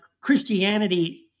Christianity